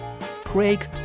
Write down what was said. Craig